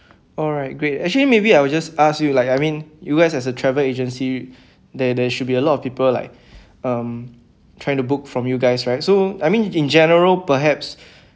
alright great actually maybe I will just ask you like I mean you guys as a travel agency there there should be a lot of people like um trying to book from you guys right so I mean in general perhaps